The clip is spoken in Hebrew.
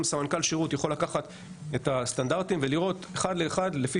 סמנכ"ל שירות יכול לקחת את הסטנדרטים ולראות אחד לאחד לפי